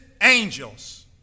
angels